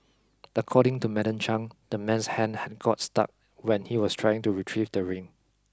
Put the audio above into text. according to Madam Chang the man's hand had got stuck when he was trying to retrieve the ring